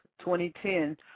2010